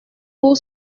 pour